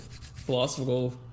philosophical